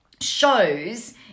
shows